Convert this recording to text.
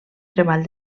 treball